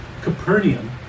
capernaum